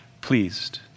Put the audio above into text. pleased